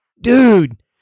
dude